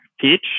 teach